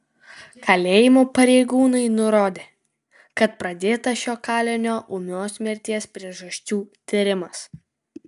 kalėjimo pareigūnai nurodė kad pradėtas šio kalinio ūmios mirties priežasčių tyrimas